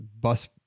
bus